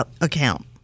account